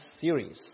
series